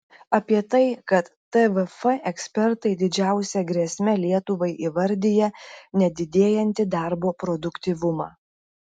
apie tai kad tvf ekspertai didžiausia grėsme lietuvai įvardija nedidėjantį darbo produktyvumą